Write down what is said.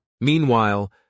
Meanwhile